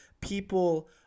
people